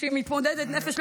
שהיא מתמודדת נפש,